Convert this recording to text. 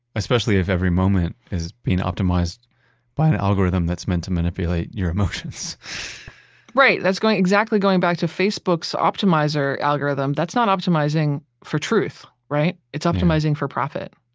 especially if every moment is being optimized by an algorithm that's meant to manipulate your emotions right. that's exactly going back to facebook's optimizer algorithm. that's not optimizing for truth, right? it's optimizing for profit.